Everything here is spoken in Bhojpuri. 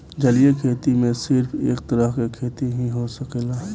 जलीय खेती में सिर्फ एक तरह के खेती ही हो सकेला